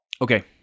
Okay